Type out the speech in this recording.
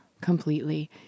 completely